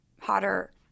hotter